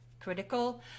critical